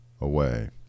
away